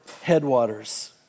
headwaters